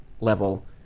level